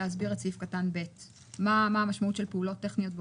קטן (ב), מה המשמעות של פעולות טכניות באופיין.